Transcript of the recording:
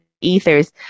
ethers